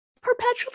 perpetually